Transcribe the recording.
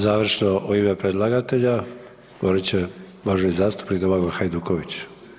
Završno u ime predlagatelja govorit će uvaženi zastupnik Domagoj Hajduković.